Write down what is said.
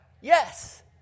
Yes